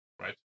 right